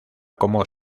como